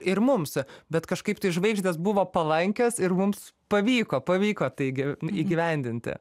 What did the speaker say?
ir mums bet kažkaip tai žvaigždės buvo palankios ir mums pavyko pavyko taigi įgyvendinti